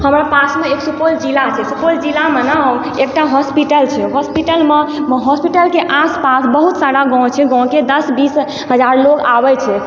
हमरा पासमे एक सुपौल जिला छै सुपौल जिलामे ने एकटा हॉस्पिटल छै हॉस्पिटलमे हॉस्पिटलके आसपास बहुत सारा गाँव छै गाँवके दस बीस हजार लोग आबै छै